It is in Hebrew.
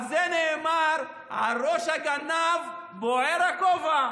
לא מספיק, על זה נאמר: על ראש הגנב בוער הכובע.